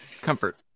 comfort